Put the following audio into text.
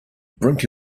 brink